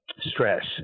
stress